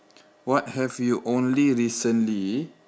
what have you recently